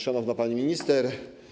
Szanowna Pani Minister!